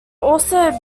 also